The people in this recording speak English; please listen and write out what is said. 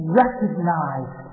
recognize